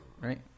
Right